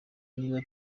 niba